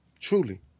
Truly